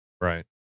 Right